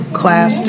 class